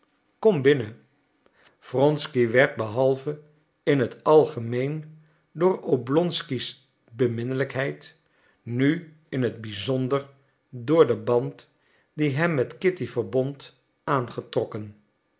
kom binnen wronsky werd behalve in het algemeen door oblonsky's beminnelijkheid nu in het bizonder door den band die hem met kitty verbond aangetrokken